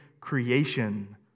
creation